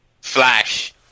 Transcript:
Flash